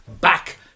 back